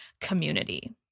community